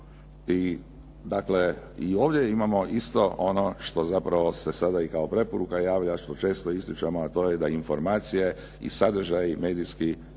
i ovdje imamo isto ono što zapravo se sada i kao preporuka javlja, što često ističemo, a to je da informacije i sadržaji medijski